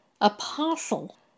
Apostle